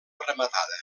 rematada